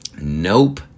Nope